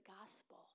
gospel